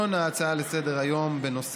ובהצעה לסדר-היום של